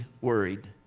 worried